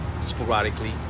sporadically